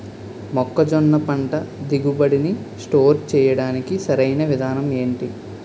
మొక్కజొన్న పంట దిగుబడి నీ స్టోర్ చేయడానికి సరియైన విధానం ఎంటి?